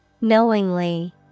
Knowingly